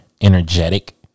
energetic